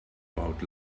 about